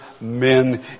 men